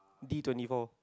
D-twenty four